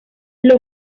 los